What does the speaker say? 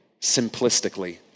simplistically